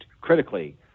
critically